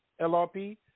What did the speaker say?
LRP